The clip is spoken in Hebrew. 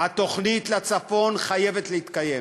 התוכנית לצפון חייבת להתקיים,